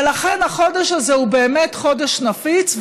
ולכן החודש הזה הוא באמת חודש נפיץ,